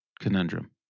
conundrum